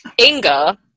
Inga